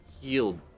healed